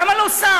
למה לא שר?